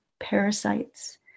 parasites